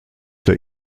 der